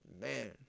Man